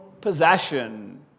possession